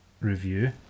review